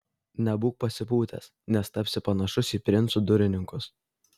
nebūk pasipūtęs nes tapsi panašus į princų durininkus